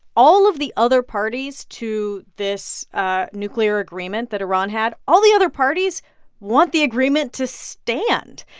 all of the other parties to this ah nuclear agreement that iran had all the other parties want the agreement to stand.